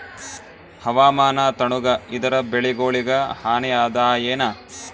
ಹವಾಮಾನ ತಣುಗ ಇದರ ಬೆಳೆಗೊಳಿಗ ಹಾನಿ ಅದಾಯೇನ?